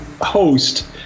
host